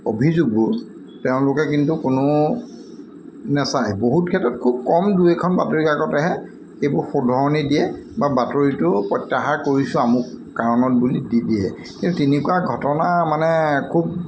অভিযোগবোৰ তেওঁলোকে কিন্তু কোনোও নেচায় বহুত ক্ষেত্ৰত খুব কম দুই এখন বাতৰিকাকতেহে এইবোৰ শুধৰণি দিয়ে বা বাতৰিটো প্ৰত্যাহাৰ কৰিছোঁ আমুক কাৰণত বুলি দি দিয়ে কিন্তু তেনেকুৱা ঘটনা মানে খুব